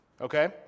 okay